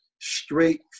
straight